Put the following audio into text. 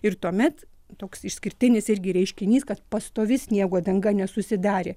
ir tuomet toks išskirtinis irgi reiškinys kad pastovi sniego danga nesusidarė